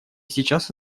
сейчас